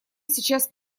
сейчас